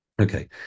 okay